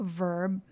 verb